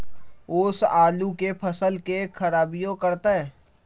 ओस आलू के फसल के खराबियों करतै?